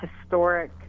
historic